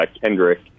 kendrick